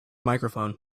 microphone